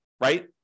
right